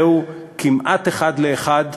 זהו כמעט אחד לאחד